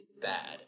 bad